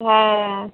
হ্যাঁ